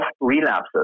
relapses